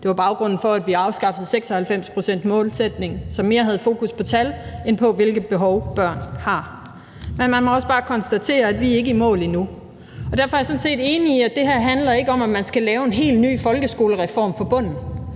Det var baggrunden for, at vi afskaffede 96-procentsmålsætningen, som mere havde fokus på tal end på, hvilke behov børn har. Men man må også bare konstatere, at vi ikke er i mål endnu. Derfor er jeg sådan set enig i, at det her ikke handler om, at man skal lave en helt ny folkeskolereform fra bunden.